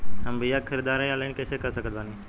हम बीया के ख़रीदारी ऑनलाइन कैसे कर सकत बानी?